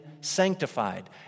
sanctified